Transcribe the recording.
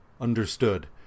understood